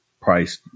price